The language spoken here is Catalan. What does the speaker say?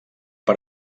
per